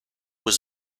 was